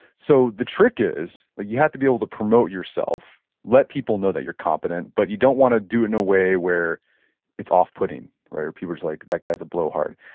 so the trick is you have to be able to promote yourself, let people know that you're competent, but you don't want to do it in a way where it's off-putting, right? or people are just like that guy's a blowhard.